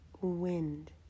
wind